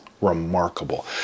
remarkable